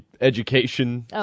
education